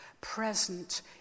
present